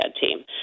team